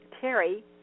Terry